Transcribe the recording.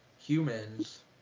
humans